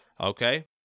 Okay